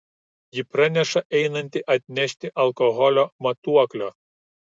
ji praneša einanti atnešti alkoholio matuoklio